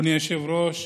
אדוני היושב-ראש,